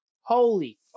Holy